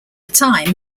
time